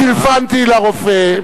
טלפנתי לרופא,